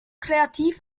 kreativ